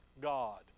God